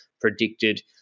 predicted